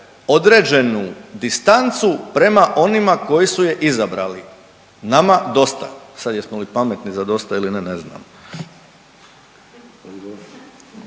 određenu distancu prema onima koji su je izabrali. Nama dosta. Sad jesmo li pametni za dosta ili ne, ne znam.